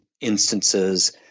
instances